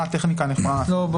מה הטכניקה הנכונה לעשות את זה.